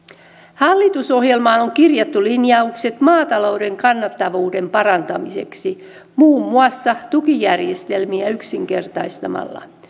hallitusohjelmaan on kirjattu linjaukset maatalouden kannattavuuden parantamiseksi muun muassa tukijärjestelmiä yksinkertaistamalla